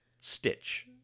stitch